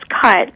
cut